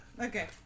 Okay